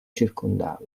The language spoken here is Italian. circondava